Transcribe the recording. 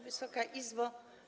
Wysoka Izbo!